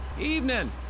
Evening